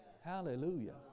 Hallelujah